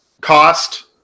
cost